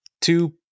two